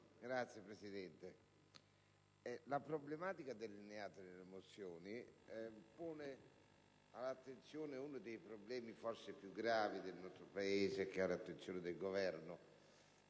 Signor Presidente, la problematica delineata nella mozione pone alla nostra attenzione uno dei problemi forse più gravi del nostro Paese, che è all'attenzione del Governo.